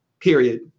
Period